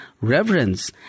reverence